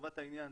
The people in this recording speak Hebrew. לטובת העניין,